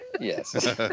Yes